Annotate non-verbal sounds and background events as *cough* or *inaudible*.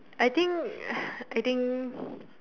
I think *breath* I think